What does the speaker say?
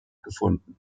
gefunden